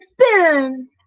spin